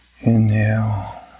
Inhale